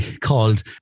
called